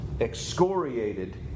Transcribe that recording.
excoriated